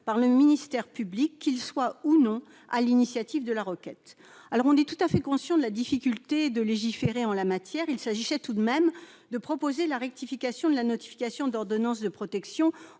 par le ministère public- que ce dernier soit ou non à l'initiative de la requête. Nous sommes tout à fait conscients de la difficulté de légiférer en la matière. Il s'agissait tout de même de rectifier la procédure de notification de l'ordonnance de protection